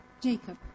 Jacob